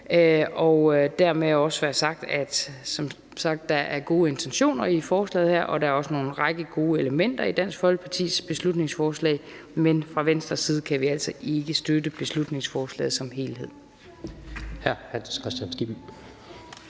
Dermed også være sagt, at der som sagt er gode intentioner i forslaget her, og at der også er en række gode elementer i Dansk Folkepartis beslutningsforslag. Men fra Venstres side kan vi altså ikke støtte beslutningsforslaget som helhed.